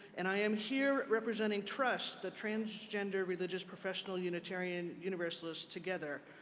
and i am here representing trust, the transgender religious professional unitarian universalists together.